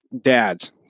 Dads